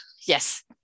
Yes